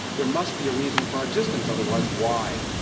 there must be a reason for our existence, otherwise why?